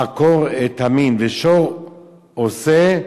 לעקור את המין, "ושור או שה,